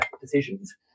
decisions